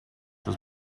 his